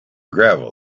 gravel